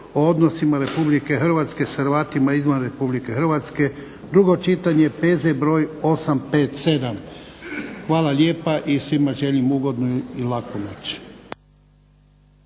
Hvala lijepa i svima želim ugodnu i laku noć.